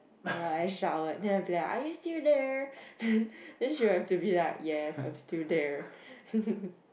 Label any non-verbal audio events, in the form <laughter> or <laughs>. while I showered then I will be like are you still there <breath> then she will have to be like yes I'm still there <laughs>